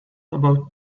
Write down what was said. about